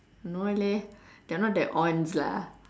no leh they're not that ons lah